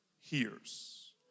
hears